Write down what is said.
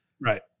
Right